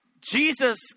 Jesus